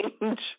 change